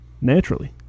naturally